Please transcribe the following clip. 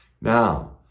Now